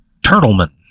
Turtleman